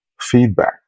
feedback